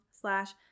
Slash